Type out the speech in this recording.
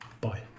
Bye